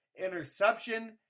Interception